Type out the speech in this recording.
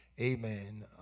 amen